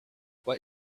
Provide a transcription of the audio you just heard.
what